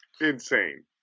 insane